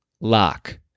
lock